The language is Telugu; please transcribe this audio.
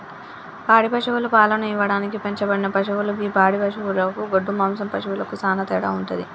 పాడి పశువులు పాలను ఇవ్వడానికి పెంచబడిన పశువులు గి పాడి పశువులకు గొడ్డు మాంసం పశువులకు సానా తేడా వుంటది